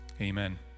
Amen